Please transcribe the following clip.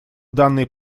данный